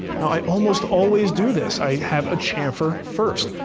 now i almost always do this. i have a chamfer first.